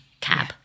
cab